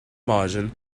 margin